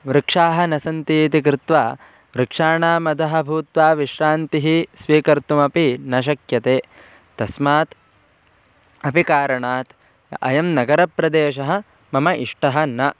वृक्षाः न सन्ति इति कृत्वा वृक्षाणाम् अधः भूत्वा विश्रान्तिं स्वीकर्तुमपि न शक्यते तस्मात् अपि कारणात् अयं नगरप्रदेशः मम इष्टः न